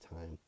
time